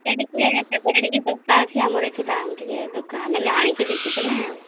ଭାଇ ଟିକିଏ ସେପଟେ ଟିକିଏ ଶସ୍ତା ଅଛି ଆମର ଏଠି ଦାମ୍ ଟିକିଏ ଦୁକା ଆମେ ଆଣିକି ବିକୁଛେ ନା